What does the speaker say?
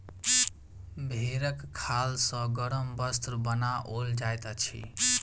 भेंड़क खाल सॅ गरम वस्त्र बनाओल जाइत अछि